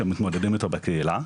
שמתמודדים איתו בקהילה.